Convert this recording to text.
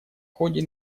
ходе